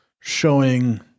showing